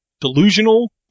delusional